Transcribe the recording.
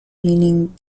meaning